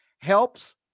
helps